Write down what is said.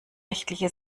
rechtliche